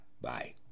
Bye